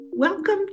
Welcome